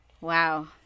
Wow